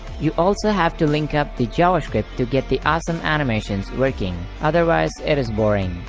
you also have to linkup the javascript to get the awesome animations working, otherwise it is boring.